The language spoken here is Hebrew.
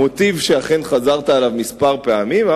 המוטיב שאכן חזרת עליו פעמים מספר,